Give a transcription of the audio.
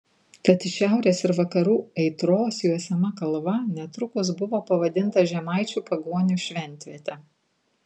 tad iš šiaurės ir vakarų aitros juosiama kalva netrukus buvo pavadinta žemaičių pagonių šventviete